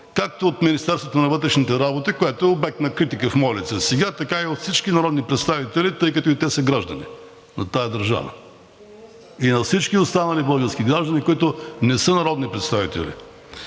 както от Министерството на вътрешните работи, което е обект на критика в мое лице сега, така и от всички народни представители, тъй като и те са граждани на тази държава, и от всички останали български граждани, които не са народни представители.